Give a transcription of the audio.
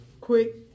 quick